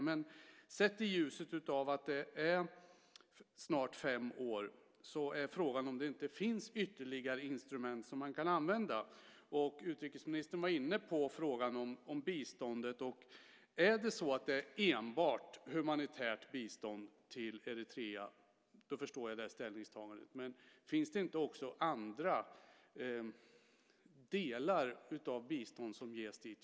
Men sett i ljuset av att det har gått snart fem år är frågan om det inte finns ytterligare instrument som man kan använda. Utrikesministern var inne på frågan om biståndet. Är det så att det är enbart humanitärt bistånd till Eritrea förstår jag ställningstagandet. Men finns det inte också andra delar av bistånd som ges dit?